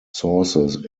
sources